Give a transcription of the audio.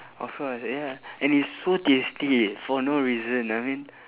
of course ya and it's so tasty for no reason I mean